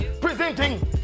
Presenting